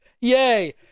yay